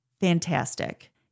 fantastic